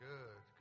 Good